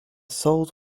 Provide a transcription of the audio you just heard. sold